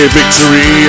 victory